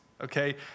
Okay